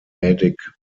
nomadic